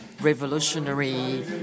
revolutionary